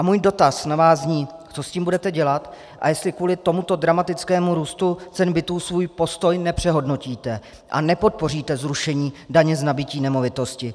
Můj dotaz na vás zní: co s tím budete dělat a jestli kvůli tomuto dramatickému růstu cen bytů svůj postoj nepřehodnotíte a nepodpoříte zrušení daně z nabytí nemovitosti.